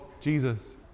Jesus